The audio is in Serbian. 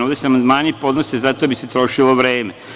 Ovde se amandmani podnose zato da bi se trošilo vreme.